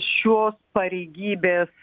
šios pareigybės